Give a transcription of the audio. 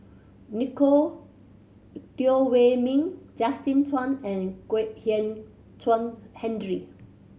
Nico Teo Wei Min Justin Zhuang and Kwek Hian Chuan Henry